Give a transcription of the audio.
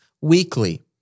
weekly